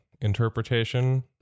interpretation